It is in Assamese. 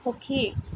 সুখী